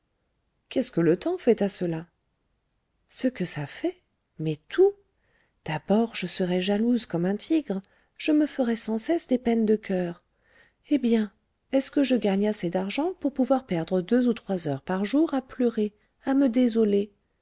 qu'est-ce que le temps fait à cela ce que ça fait mais tout d'abord je serais jalouse comme un tigre je me ferais sans cesse des peines de coeur eh bien est-ce que je gagne assez d'argent pour pouvoir perdre deux ou trois heures par jour à pleurer à me désoler